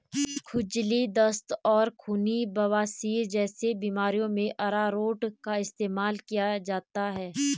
खुजली, दस्त और खूनी बवासीर जैसी बीमारियों में अरारोट का इस्तेमाल किया जाता है